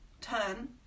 turn